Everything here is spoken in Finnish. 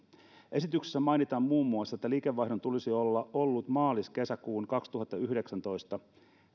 esityksessä mainitaan muun muassa että liikevaihdon tulisi olla ollut maalis kesäkuun kaksituhattayhdeksäntoista